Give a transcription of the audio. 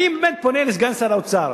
אני באמת פונה לסגן שר האוצר: